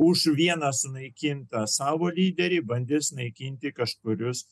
už vieną sunaikintą savo lyderį bandys naikinti kažkurios